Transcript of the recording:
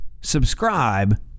subscribe